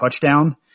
touchdown